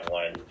one